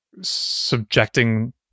subjecting